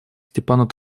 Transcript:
степану